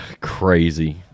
Crazy